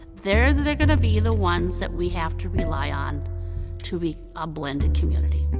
there they're gonna be the ones that we have to rely on to be a blended community.